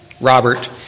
Robert